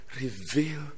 reveal